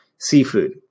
Seafood